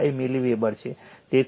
5 milliweber છે